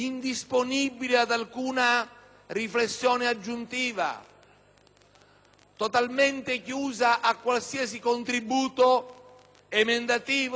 totalmente chiusa a qualsiasi contributo emendativo è stato testimoniato